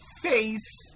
face